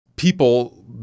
people